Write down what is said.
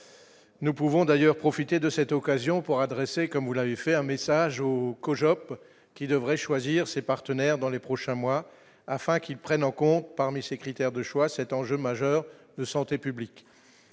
nous pouvons d'ailleurs profiter de cette occasion pour adresser comme vous l'avez fait un message vous co-jobs qui devrait choisir ses partenaires dans les prochains mois afin qu'il prenne en compte parmi ses critères de choix cet enjeu majeur de santé publique,